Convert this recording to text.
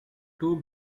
two